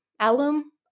Alum